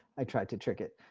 i tried to trick it